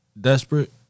Desperate